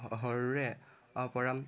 সৰুৰে পৰা